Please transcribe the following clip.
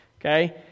okay